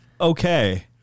okay